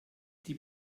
die